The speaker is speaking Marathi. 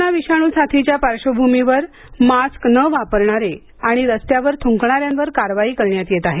कोरोना विषाणू साथीच्या पार्श्वभूमीवर मास्क न वापरणारे आणि रस्त्यावर थुंकणाऱ्यांवर कारवाई करण्यात येत आहे